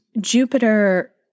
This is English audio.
Jupiter